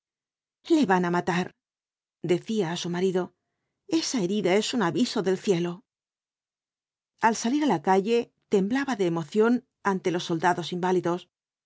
le van á matar decía á su marido esa herida es un aviso del cielo al salir á la calle temblaba de emoción ante los soldados inválidos